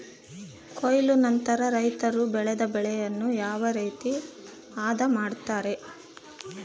ಕೊಯ್ಲು ನಂತರ ರೈತರು ಬೆಳೆದ ಬೆಳೆಯನ್ನು ಯಾವ ರೇತಿ ಆದ ಮಾಡ್ತಾರೆ?